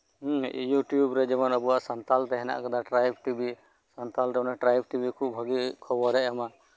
ᱦᱩᱸ ᱤᱭᱩᱴᱩᱵᱽ ᱨᱮ ᱡᱮᱢᱚᱱ ᱟᱵᱚᱣᱟᱜ ᱥᱟᱱᱛᱟᱞ ᱛᱮ ᱦᱮᱱᱟᱜ ᱟᱠᱟᱫᱟ ᱴᱨᱟᱭᱤᱵ ᱴᱤᱵᱷᱤ ᱥᱟᱱᱛᱟᱞ ᱛᱮ ᱴᱨᱟᱭᱤᱵ ᱴᱤᱵᱷᱤ ᱠᱚ ᱵᱷᱟᱜᱮ ᱠᱷᱚᱵᱚᱨᱮᱭ ᱮᱢᱟ